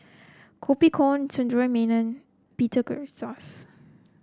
Koh Poh Koon Sundaresh Menon Peter Gilchrist